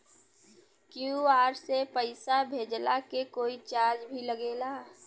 QR से पैसा भेजला के कोई चार्ज भी लागेला?